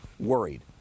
worried